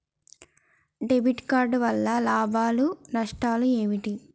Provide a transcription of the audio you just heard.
Debit card వల్ల లాభాలు నష్టాలు ఏమిటి?